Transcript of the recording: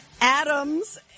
Adams